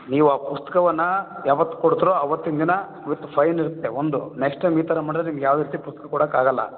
ನೀವು ಆ ಪುಸ್ತಕವನ್ನ ಯಾವತ್ತು ಕೊಡ್ತೀರೋ ಅವತ್ತಿನ ದಿನ ವಿತ್ ಫೈನ್ ಇರುತ್ತೆ ಒಂದು ನೆಕ್ಸ್ಟ್ ಟೈಮ್ ಈ ಥರ ಮಾಡಿದ್ರೆ ನಿಮ್ಗೆ ಯಾವ ರೀತಿ ಪುಸ್ತಕ ಕೊಡೋಕ್ಕಾಗಲ್ಲ